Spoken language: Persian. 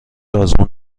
آزمون